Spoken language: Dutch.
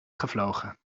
gevlogen